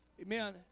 Amen